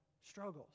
struggles